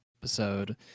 episode